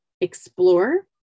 explore